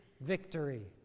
victory